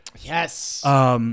yes